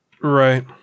Right